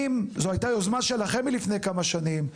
אם זו הייתה יוזמה שלכם מלפני כמה שנים,